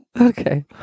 Okay